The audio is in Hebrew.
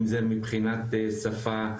אם זה מבחינת שפה,